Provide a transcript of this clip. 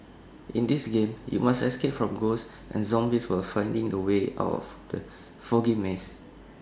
in this game you must escape from ghosts and zombies while finding the way out of the foggy maze